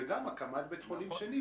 וגם הקמת בית חולים שני.